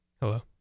Hello